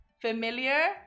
familiar